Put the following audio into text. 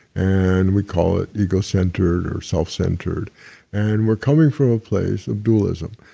and we call it ego-centered or self-centered and we're coming from a place of dualism,